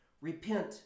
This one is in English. Repent